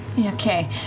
Okay